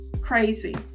crazy